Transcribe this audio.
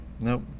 Nope